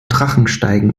drachensteigen